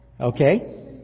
Okay